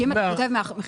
כי אם אתה כותב הראשונים,